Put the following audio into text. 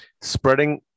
spreading